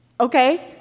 Okay